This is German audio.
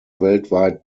weltweit